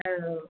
औ